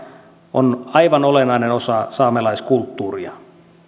on aivan olennainen osa saamelaiskulttuuria